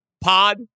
pod